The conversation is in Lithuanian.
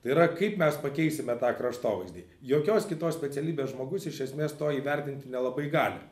tai yra kaip mes pakeisime tą kraštovaizdį jokios kitos specialybės žmogus iš esmės to įvertinti nelabai gali